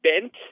bent